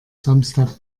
samstag